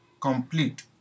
complete